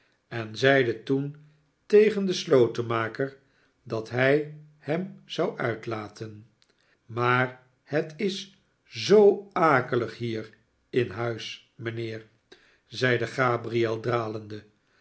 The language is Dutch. en zeide toen tegen den slotenmaker dat hij hem zou uitlaten maar het is zoo akelig hier in huis mijnbeer zeide gabriel dralende